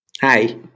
Hi